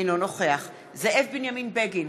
אינו נוכח זאב בנימין בגין,